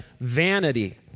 vanity